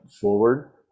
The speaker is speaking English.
forward